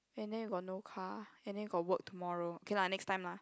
and then we got no car and then we got work tomorrow okay lah next time lah